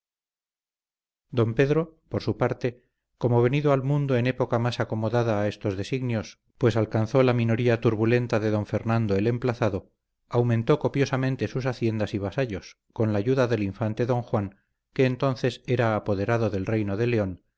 don pedro por su parte como venido al mundo en época más acomodada a estos designios pues alcanzó la minoría turbulenta de don fernando el emplazado aumentó copiosamente sus haciendas y vasallos con la ayuda del infante don juan que entonces estaba apoderado del reino de león